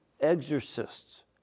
exorcists